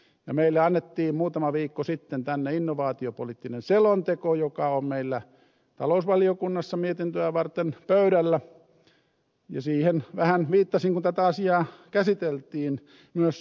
ja meille annettiin muutama viikko sitten tänne innovaatiopoliittinen selonteko joka on meillä talousvaliokunnassa mietintöä varten pöydällä ja siihen vähän viittasin kun tätä asiaa käsiteltiin myös siellä